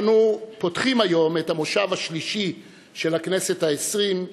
אנו פותחים היום את המושב השלישי של הכנסת העשרים,